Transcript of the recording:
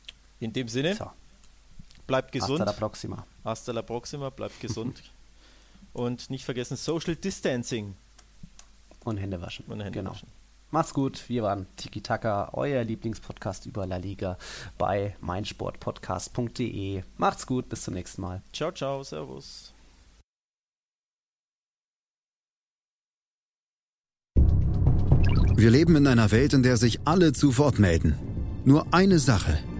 In dem Sinne, So. bleibt Hasta la gesund. próxima. Hasta la próxima, bleibt gesund. Und nicht vergessen, Social Distancing. Und Hände waschen. Und Hände Genau. waschen. Macht's gut. Wir waren Tiki Taka, euer Lieblingspodcast über La Liga bei meinsportpodcast.de. Macht's gut, bis zum nächsten Mal. Ciao, ciao, servus. Wir leben in einer Welt, in der sich alle zu Wort melden. Nur eine Sache.